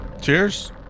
Cheers